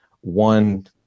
one